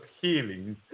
healing